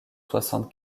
soixante